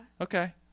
Okay